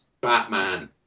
Batman